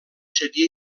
seria